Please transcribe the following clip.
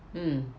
mm